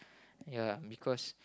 ya because